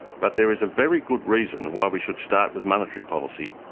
but there is a very good reason why we should start with monetary policy,